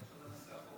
אני עכשיו מנסח חוק.